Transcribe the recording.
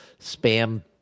spam